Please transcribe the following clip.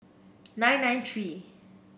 nine nine three